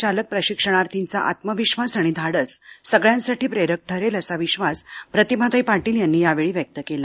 चालक प्रशिक्षणार्थींचा आत्मविश्वास आणि धाडस सगळ्यांसाठी प्रेरक ठरेल असा विश्वास प्रतिभाताई पाटील यांनी यावेळी व्यक्त केला